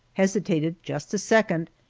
hesitated just a second,